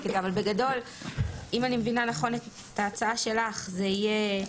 בגדול, אם אני מבינה נכון את ההצעה שלך, זה יהיה: